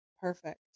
Perfect